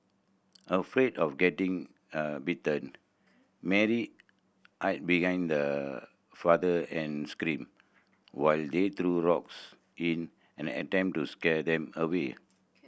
afraid of getting a bitten Mary hid behind her father and screamed while they threw rocks in an attempt to scare them away